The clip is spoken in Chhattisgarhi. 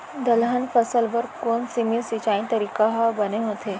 दलहन फसल बर कोन सीमित सिंचाई तरीका ह बने होथे?